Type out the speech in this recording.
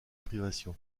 privations